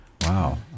Wow